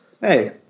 Hey